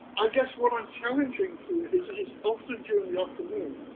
i guess what i'm challenging here is, is often during the afternoon.